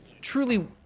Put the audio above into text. truly